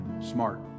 smart